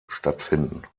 stattfinden